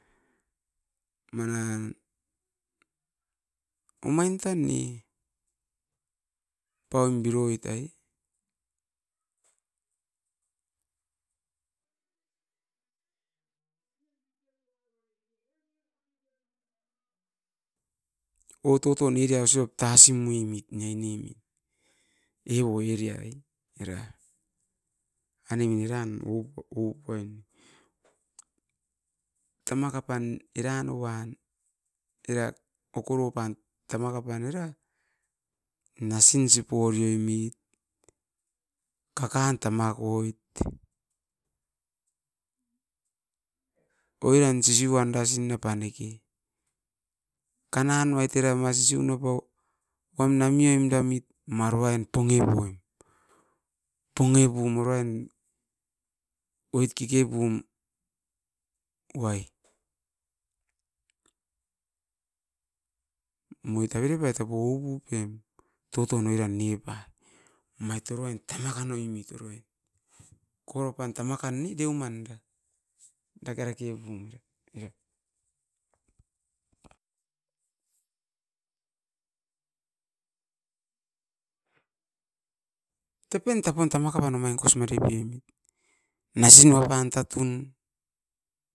Manan, omain tan ne paun birou itai. O tuton eria isiop tasim oimit nei nemit e o eria i, era. Ainemin eran oupa oupuen. Tamaka pan eran no uan era okoro pan tamaka pan era, nasin sipori oimit, kakan tama koit, oiran sisi uanda sin apaneki, kanan uait eram a sisiu no pau uam namioim dam mit, ma ruain ponge moiem. Ponge pum urain oit keke puum wai. Moit avere pai tapou upupiem, touton oiran nepa, omait oro'ain tamaka noimit oroi, koupan tamakan ni deuman da daka reke pum. Tepen tapan tamakaman omain kosimari piomit. Nasin noa pan tatuun